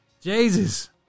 Jesus